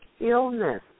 illness